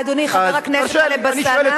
אדוני חבר הכנסת טלב אלסאנע,